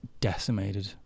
decimated